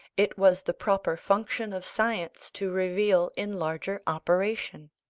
it was the proper function of science to reveal in larger operation.